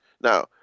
now